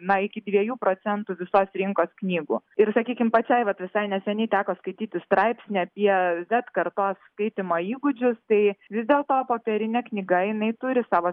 na iki dviejų procentų visos rinkos knygų ir sakykim pačiai vat visai neseniai teko skaityti straipsnį apie zed kartos skaitymo įgūdžius tai vis dėlto popierinė knyga jinai turi savo